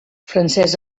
francesc